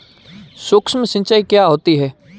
सुक्ष्म सिंचाई क्या होती है?